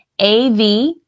AV